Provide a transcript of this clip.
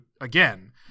again